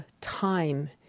time